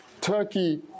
Turkey